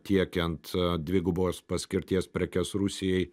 tiekiant dvigubos paskirties prekes rusijai